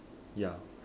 ya